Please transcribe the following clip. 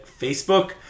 facebook